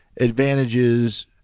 advantages